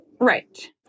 Right